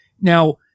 Now